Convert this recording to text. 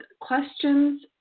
questions